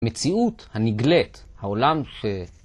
מציאות הנגלית, העולם ש...